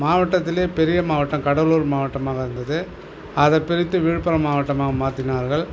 மாவட்டத்துலேயே பெரிய மாவட்டம் கடலூர் மாவட்டமாக இருந்தது அதை பிரித்து விழுப்புரம் மாவட்டமாக மாற்றினார்கள்